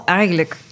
eigenlijk